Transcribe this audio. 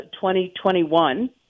2021